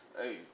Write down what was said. Hey